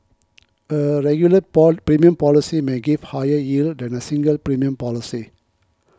a regular premium policy may give higher yield than a single premium policy